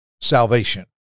salvation